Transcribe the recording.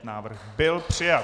Návrh byl přijat.